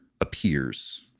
appears